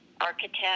architect